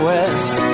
West